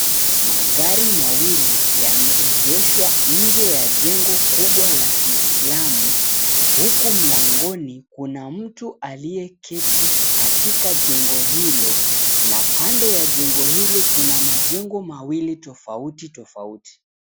Magari mawili yameegeshwa nje ya jengo kubwa la kiislamu huku mlangoni kuna mtu aliyeketi katika jengo hilo na kando ya jengo hili kuna majengo mawili tofauti tofauti.